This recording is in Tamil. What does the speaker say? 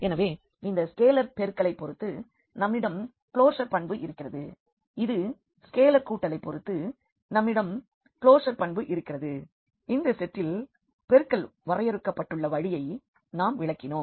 எனவே மீண்டும் இந்த ஸ்கேலர் பெருக்கலைப் பொறுத்து நம்மிடம் க்ளோஷர் பண்பு இருக்கிறது இந்த ஸ்கேலர் கூட்டலைப் பொறுத்து நம்மிடம் க்ளோஷர் பண்பு இருக்கிறது இந்த செட்டில் பெருக்கல் வரையறுக்கப்பட்டுள்ள வழியை நாம் விளக்கினோம்